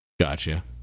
gotcha